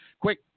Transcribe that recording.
Quick